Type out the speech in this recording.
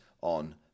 on